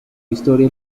historia